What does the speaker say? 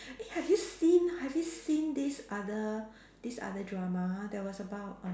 eh have you seen have you seen this other this other drama that was about um